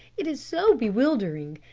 it is so bewildering.